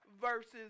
versus